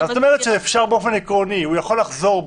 את אומרת שאפשר באופן עקרוני ושהוא יכול לחזור בו,